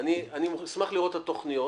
אני אשמח לראות את התכניות.